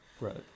Right